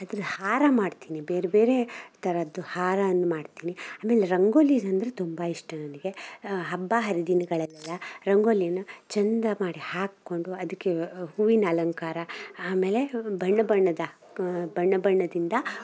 ಅದ್ರ ಹಾರ ಮಾಡ್ತೀನಿ ಬೇರೆಬೇರೇ ಥರದ್ದು ಹಾರವನ್ನು ಮಾಡ್ತೀನಿ ಆಮೇಲೆ ರಂಗೋಲಿ ಅಂದರೆ ತುಂಬ ಇಷ್ಟ ನನಗೆ ಹಬ್ಬ ಹರಿದಿನಗಳಲ್ಲೆಲ್ಲ ರಂಗೋಲಿಯನ್ನು ಚಂದ ಮಾಡಿ ಹಾಕ್ಕೊಂಡು ಅದಕ್ಕೆ ವ್ ಹೂವಿನ ಅಲಂಕಾರ ಆಮೇಲೆ ಬಣ್ಣ ಬಣ್ಣದ ಬಣ್ಣ ಬಣ್ಣದಿಂದ